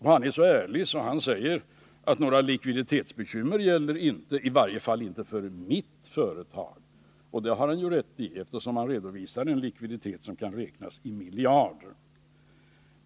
Han är så ärlig att han säger att några likviditetsbekymmer finns inte, ”i varje fall inte i mitt företag”. Det har han rätt i eftersom hans företag redovisar en likviditet som kan räknas i miljarder.